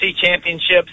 championships